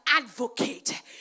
advocate